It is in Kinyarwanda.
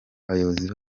abayobozi